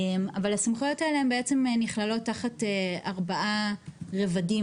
אבל הסמכויות האלו הן נכללות תחת ארבעה רבדים,